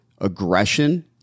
Aggression